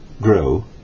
grow